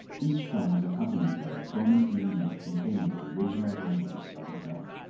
each film was accompanied by a bonus dvd containing the original version of the film.